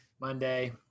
Monday